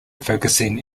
focusing